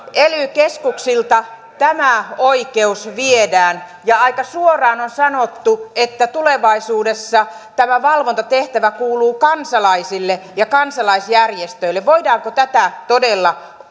keskuksilta tämä oikeus viedään ja aika suoraan on on sanottu että tulevaisuudessa tämä valvontatehtävä kuuluu kansalaisille ja kansalaisjärjestöille voidaanko tätä todella